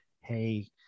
Hey